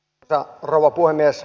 arvoisa rouva puhemies